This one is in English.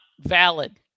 valid